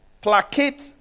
placate